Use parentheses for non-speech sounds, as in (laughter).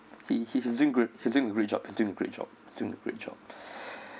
he he's doing good he's doing a great job he's doing a great job he's doing a great job (breath)